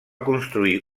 construir